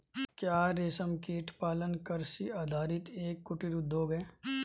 क्या रेशमकीट पालन कृषि आधारित एक कुटीर उद्योग है?